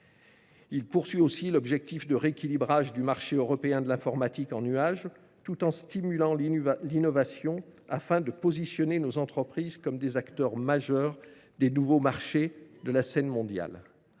Il vise aussi l’objectif d’un rééquilibrage du marché européen de l’informatique en nuage tout en stimulant l’innovation, et ce pour que nos entreprises s’imposent comme des acteurs majeurs des nouveaux marchés sur la scène mondiale.